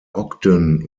ogden